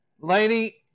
Lady